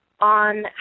on